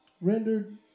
Rendered